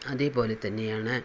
അതേപോലെ തന്നെയാണ്